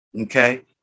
okay